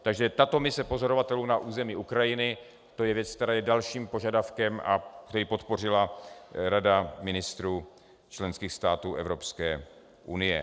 Takže tato mise pozorovatelů na území Ukrajiny, to je věc, která je dalším požadavkem, který podpořila Rada ministrů členských států Evropské unie.